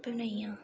आपें बनाइयां